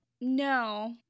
No